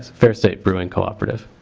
fairstate brewing cooperative.